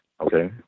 Okay